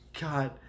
God